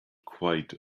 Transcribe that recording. quite